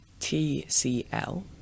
TCL